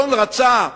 אלון רצה צינור,